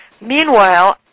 Meanwhile